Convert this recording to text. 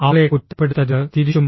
അവളെ കുറ്റപ്പെടുത്തരുത് തിരിച്ചും